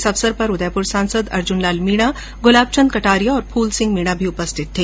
इस अवसर पर उदयपुर सांसद अर्जुन लाल मीणा गुलाब चन्द कटारिया और फूल सिंह मीणा उपस्थित थे